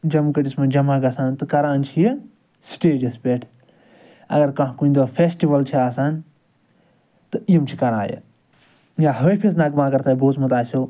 جمگٹھِس مَنٛز جمع گَژھان تہٕ کَران چھِ یہِ سٹیجَس پٮ۪ٹھ اگر کانٛہہ کُنہ دۄہ فیٚسٹِول چھُ آسان تہٕ یِم چھِ کَران یہِ یا حٲفِظ نَگمہٕ اگر تۄہہِ بوٗزمُت آسوٕ